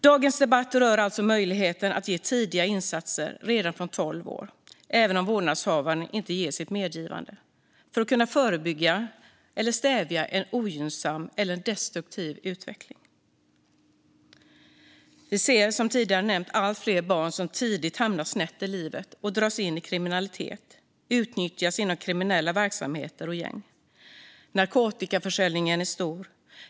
Dagens debatt rör alltså möjligheten att ge tidiga insatser, redan från tolv år, även om vårdnadshavaren inte ger sitt medgivande, för att kunna förebygga eller stävja en ogynnsam eller destruktiv utveckling. Vi ser som tidigare nämnts allt fler barn som tidigt hamnar snett i livet, dras in i kriminalitet och utnyttjas inom kriminella verksamheter och gäng. Narkotikaförsäljningen är stor.